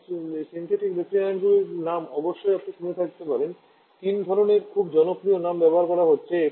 এখন সিন্থেটিক রেফ্রিজারেন্টগুলির নাম আপনি অবশ্যই শুনে থাকতে পারেন তিন ধরণের খুব জনপ্রিয় নাম ব্যবহার করা হচ্ছে